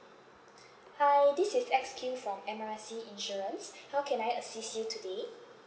hi this is X Q from M R C insurance how can I assist you today